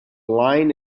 line